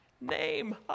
name